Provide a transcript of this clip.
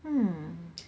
hmm